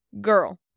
Girl